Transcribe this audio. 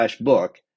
book